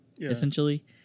essentially